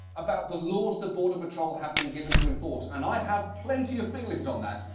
about the laws the border patrol have been given to enforce, and i have plenty of feelings on that,